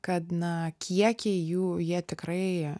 kad na kiekiai jų jie tikrai